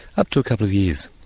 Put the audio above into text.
up to a couple of years.